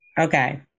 Okay